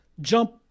jump